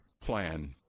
plan